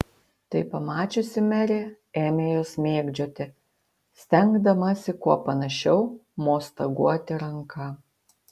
tai pamačiusi merė ėmė juos mėgdžioti stengdamasi kuo panašiau mostaguoti ranka